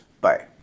Bye